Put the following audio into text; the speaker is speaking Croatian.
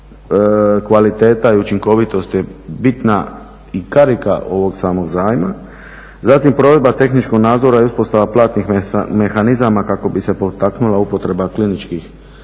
kvaliteta i učinkovitost je bitna i karika ovog samog zajma. Zatim provedba tehničkog nadzora i uspostava platnih mehanizama kako bi se potaknula upotreba kliničkih